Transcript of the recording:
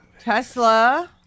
Tesla